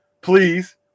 Please